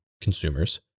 consumers